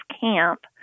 camp